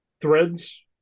threads